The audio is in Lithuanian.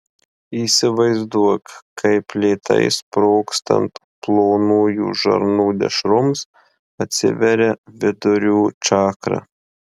įsivaizduok kaip lėtai sprogstant plonųjų žarnų dešroms atsiveria vidurių čakra